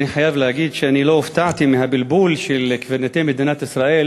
אני חייב להגיד שאני לא הופתעתי מהבלבול של קברניטי מדינת ישראל